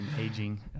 aging